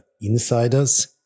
insiders